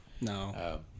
No